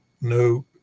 no